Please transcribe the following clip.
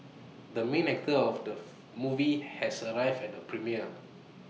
the main actor of the movie has arrived at the premiere